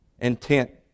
intent